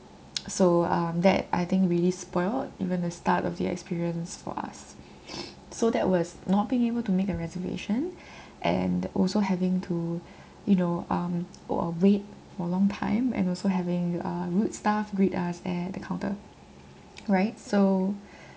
so um that I think really spoiled even the start of the experience for us so that was not being able to make a reservation and also having to you know um or uh wait for a long time and also having uh rude staff greet us at the counter right so